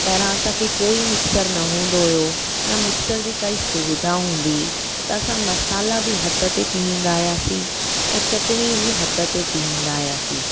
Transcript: पहिरां असांखे कोई मिक्सर न हूंदो हुयो न मिक्सर जी काई सुविधा हूंदी हुई त असां मसाला बि हथ ते पीहींदा हुआसीं ऐं चटणी बि हथ ते पीहींदा हुआसीं